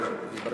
כבוד